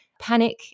Panic